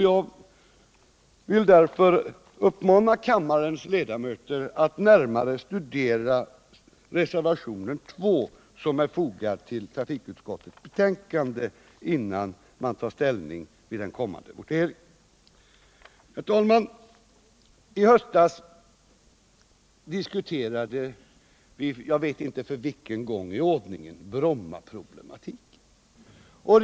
Jag vill därför uppmana kammarens ledamöter att närmare studera reservationen 2 vid trafikutskottets betänkande, innan de tar ställning i den kommande voteringen. Herr talman! I höstas diskuterade riksdagen, jag vet inte för vilken gång i ordningen, Brommaproblematiken.